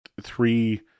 three